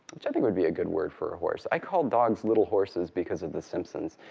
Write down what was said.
which i think would be a good word for a horse. i call dogs little horses because of the simpsons,